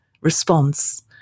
response